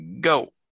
go